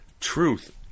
Truth